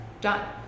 done